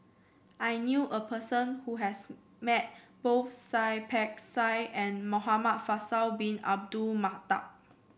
I knew a person who has met both Seah Peck Seah and Muhamad Faisal Bin Abdul Manap